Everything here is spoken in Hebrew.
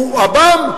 הוא עב"ם?